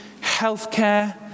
healthcare